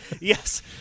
Yes